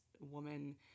woman